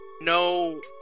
no